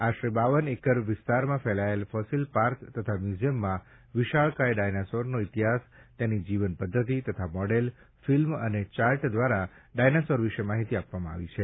આશરે બાવન એકર વિસ્તારમાં ફેલાયેલા ફોસીલ પાર્ક તથા મ્યૂઝિયમમાં વિશાળકાય ડાયનોસોરનો ઇતિહાસ તેમની જીવન પધ્ધતી તથા મોડેલ ફિલ્મ અને ચાર્ટ દ્વારા ડાયનોસોર વિશે માહિતી આપવામાં આવી છે